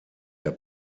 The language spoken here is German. der